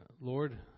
Lord